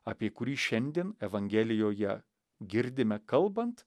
apie kurį šiandien evangelijoje girdime kalbant